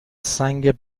سنگ